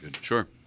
Sure